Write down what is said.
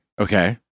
Okay